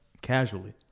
casually